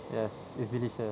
yes it's delicious